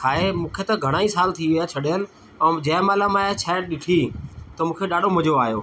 खाए मूंखे त घणा ई साल थी विया छॾियलु ऐं जंहिं महिल मां इहा शइ ॾिठी त मूंखे ॾाढो मज़ो आहियो